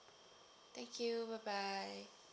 thank you bye bye